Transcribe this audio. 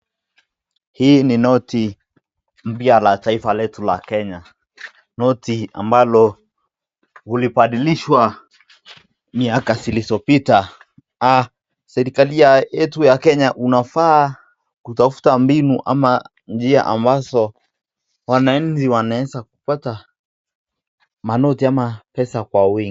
Hii ni noti, mbya la taifa letu la Kenya, noti ambalo, ulipadilishwa, miaka silisopita, na, serekali yetu ya Kenya unafaa, kutafuta mbinu ama, njia ambaso, wanainji wanawesa kupata, manoti ama, pesa kwa wi.